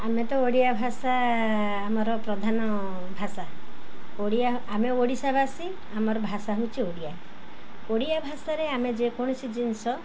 ଆମେ ତ ଓଡ଼ିଆ ଭାଷା ଆମର ପ୍ରଧାନ ଭାଷା ଓଡ଼ିଆ ଆମେ ଓଡ଼ିଶାବାସୀ ଆମର ଭାଷା ହେଉଛି ଓଡ଼ିଆ ଓଡ଼ିଆ ଭାଷାରେ ଆମେ ଯେକୌଣସି ଜିନିଷ